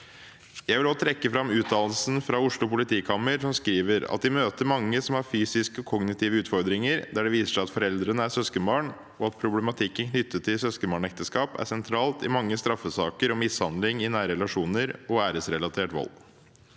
Jeg vil også trekke fram uttalelsen fra Oslo politikammer, som skriver at de møter mange som har fysiske og kognitive utfordringer, og der det viser seg at foreldrene er søskenbarn, og at problematikken knyttet til søskenbarnekteskap er sentral i mange straffesaker om mishandling i nære relasjoner og æresrelatert vold.